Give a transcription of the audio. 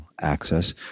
access